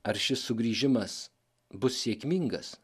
ar šis sugrįžimas bus sėkmingas